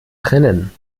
trennen